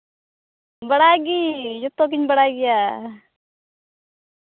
ᱵᱟᱲᱟᱭ ᱜᱤᱭᱟᱹᱧ ᱡᱚᱛᱚ ᱜᱤᱧ ᱵᱟᱲᱟᱭ ᱜᱮᱭᱟ